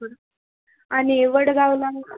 बरं आणि ए वडगावला